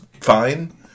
fine